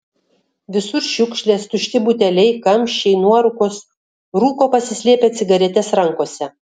visur šiukšlės tušti buteliai kamščiai nuorūkos rūko pasislėpę cigaretes rankose